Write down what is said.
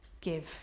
give